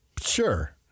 Sure